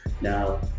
Now